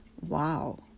Wow